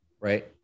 right